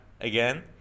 again